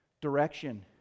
direction